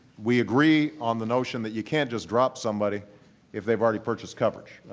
we agree on the notion that you can't just drop somebody if they've already purchased coverage.